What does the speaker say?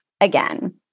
again